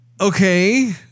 okay